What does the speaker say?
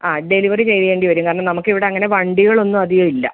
ആ ഡെലിവെറി ചെയ്യേണ്ടി വരും കാരണം നമുക്കിവിടെ അങ്ങനെ വണ്ടികളൊന്നും അധികം ഇല്ല